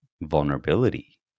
vulnerability